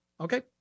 Okay